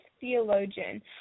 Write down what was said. Theologian